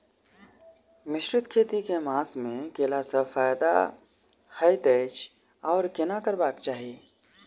मिश्रित खेती केँ मास मे कैला सँ फायदा हएत अछि आओर केना करबाक चाहि?